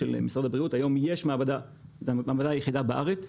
היום יש מעבדה, המעבדה היחידה בארץ.